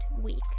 week